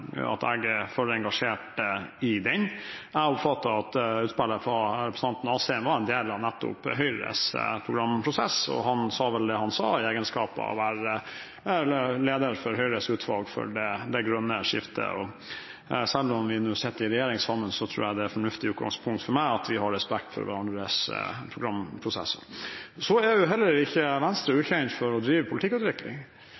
jeg er for engasjert i den. Jeg oppfatter at utspillet fra representanten Asheim var en del av nettopp Høyres programprosess, og han sa vel det han sa, i egenskap av å være leder av Høyres utvalg for det grønne skiftet. Selv om vi nå sitter i regjering sammen, tror jeg det er et fornuftig utgangspunkt for meg at vi har respekt for hverandres programprosesser. Venstre er heller ikke